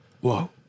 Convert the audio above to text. Whoa